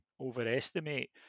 overestimate